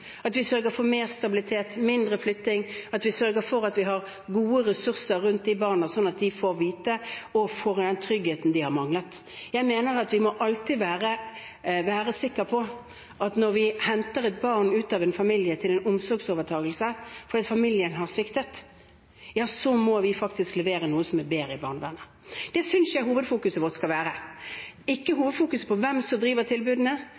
at vi sørger for mer stabilitet, mindre flytting, at vi har gode ressurser rundt disse barna, sånn at de får den tryggheten de har manglet. Jeg mener at vi alltid – og det må vi være sikre på – når vi henter et barn ut av en familie til en omsorgsovertakelse fordi familien har sviktet, må levere noe som er bedre, i barnevernet. Det synes jeg hovedfokuset vårt skal være – vi skal ikke ha som hovedfokus hvem som driver tilbudene,